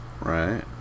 Right